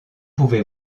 pouvez